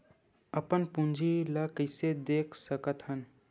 अपन पूंजी ला कइसे देख सकत हन?